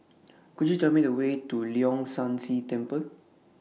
Could YOU Tell Me The Way to Leong San See Temple